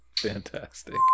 Fantastic